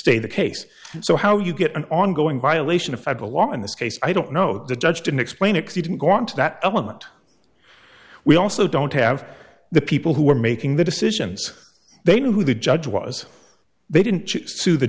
stay the case so how you get an ongoing violation of federal law in this case i don't know the judge didn't explain it he didn't want that element we also don't have the people who are making the decisions they know who the judge was they didn't choose to the